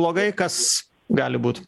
blogai kas gali būt